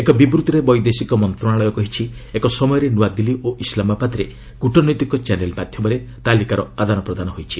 ଏକ ବିବୃତ୍ତିରେ ବୈଦେଶିକ ମନ୍ତ୍ରଣାଳୟ କହିଛି ଏକ ସମୟରେ ନୂଆଦିଲ୍ଲୀ ଓ ଇସ୍ଲାମାବାଦ୍ରେ କ୍ରଟନୈତିକ ଚ୍ୟାନେଲ ମାଧ୍ୟମରେ ତାଲିକାର ଆଦାନପ୍ରଦାନ ହୋଇଛି